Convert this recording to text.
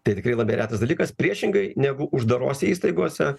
tai tikrai labai retas dalykas priešingai negu uždarose įstaigose